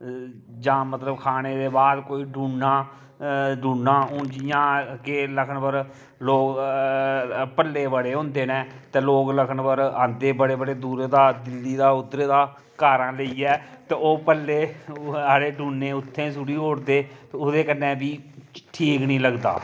जां मतलब खाने दे बाद कोई डूना डूना हून जि'यां के लखनपुर भल्ले बड़े होंदे न ते लोग लखनपुर आंदे बड़े बड़े दूरै दा दिल्ली दा उद्धरे दा कारां लेइयै ते ओह् भल्ले आह्ले डूने उत्थें सुट्टी ओड़दे ओह्दे कन्नै बी ठीक निं लगदा